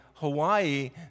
Hawaii